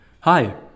Hi